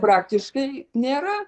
praktiškai nėra